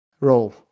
Role